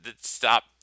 Stop